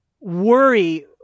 worry